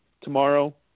tomorrow